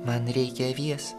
man reikia avies